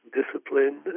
discipline